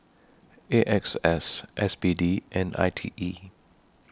A X S S B D and I T E